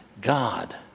God